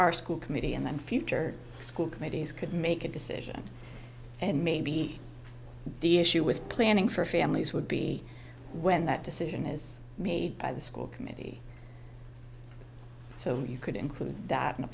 our school committee and future school committees could make a decision and maybe the issue with planning for families would be when that decision is made by the school committee so you could include that in a